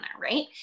right